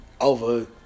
Over